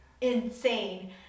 insane